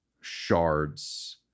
shards